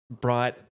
bright